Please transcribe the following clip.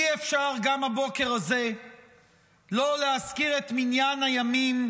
גם הבוקר הזה אי-אפשר לא להזכיר את מניין הימים